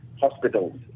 hospitals